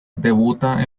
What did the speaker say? debuta